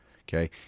okay